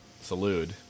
Salute